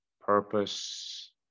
Purpose